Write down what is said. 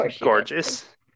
gorgeous